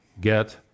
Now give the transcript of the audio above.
get